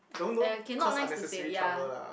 uh okay nice to say yeah